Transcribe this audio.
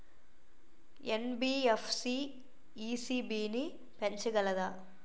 NBFC ECB ని పెంచగలదా?